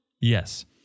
Yes